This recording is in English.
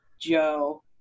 Joe